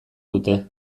dute